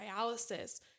dialysis